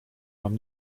mam